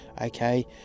okay